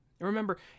Remember